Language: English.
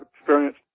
experience